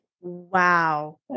Wow